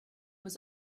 was